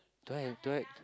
do I have do I